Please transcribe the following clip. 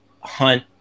Hunt